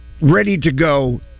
ready-to-go